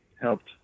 helped